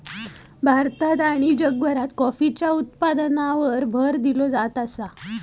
भारतात आणि जगभरात कॉफीच्या उत्पादनावर भर दिलो जात आसा